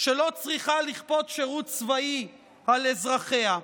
שלא צריכה לכפות שירות צבאי על אזרחיה.